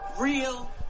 Real